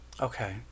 Okay